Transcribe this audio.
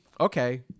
okay –